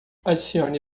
adicione